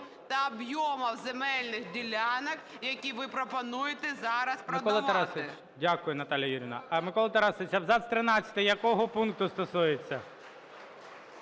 та об'ємів земельних ділянок, які ви пропонуєте зараз продавати.